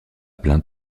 plein